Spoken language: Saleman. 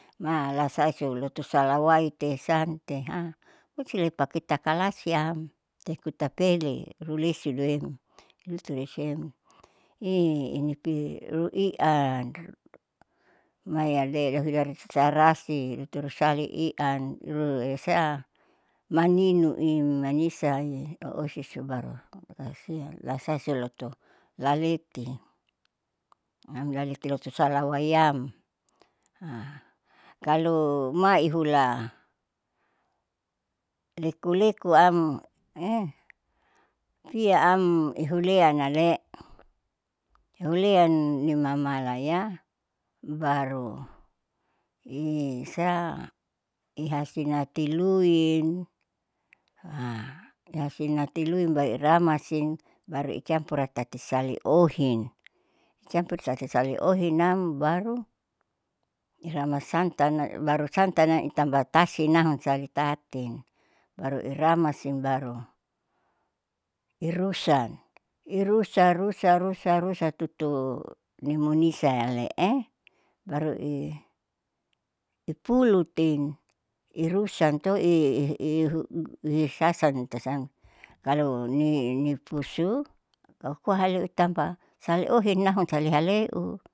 Malasausu loto salawaite santeha usele paketakalasiamtekutapele rulesiluem lutulesiem inipi rui'an maiyale'e lohilaratasarasi lutolusaliian ru sea maninu'i manisai oesubaru lasialasasuloto laliti, amjadi lulotosalaiam kalo maihula lekulekuame'e piyaam ihuleanale. ihulea nimamalaya baru isaihasinatiluin ihasinatiluin baru iramasin baru icampur tati saliohin, icampur tati saliohinnam baru iramasantan baru santanna baru itabatasinam salitatin baru iramasin baru irusan irusarusarusarusa tutu nimunisayale'e barui ipulutin irusanto'i ihiihu ihisasantasan kalo nipusu kohkohhalu itampa saliohinnahon salihaleu.